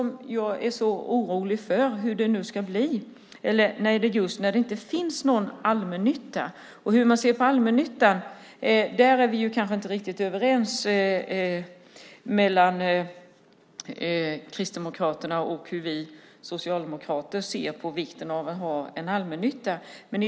Jag är orolig för hur det blir när det inte finns någon allmännytta. Kristdemokraterna och vi socialdemokrater är inte riktigt överens när det gäller vikten av att ha en allmännytta.